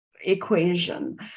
equation